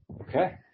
Okay